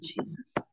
Jesus